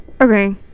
okay